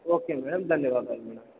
okay madam ధన్యవాదాలు madam